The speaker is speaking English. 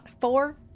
four